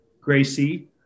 Gracie